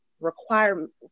requirements